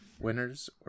winners